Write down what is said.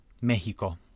mexico